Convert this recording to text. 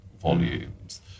volumes